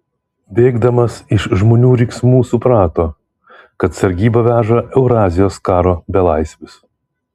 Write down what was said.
bėgdamas iš žmonių riksmų suprato kad sargyba veža eurazijos karo belaisvius